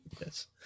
Yes